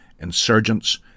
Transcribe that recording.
insurgents